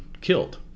killed